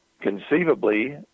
conceivably